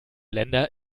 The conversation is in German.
länder